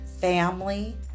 family